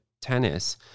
tennis